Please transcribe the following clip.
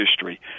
history